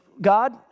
God